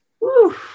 Woo